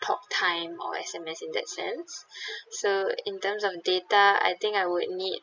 talk time or S_M_S in that sense so in terms of data I think I would need